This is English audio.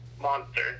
monster